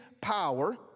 power